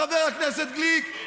חבר הכנסת גליק,